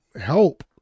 help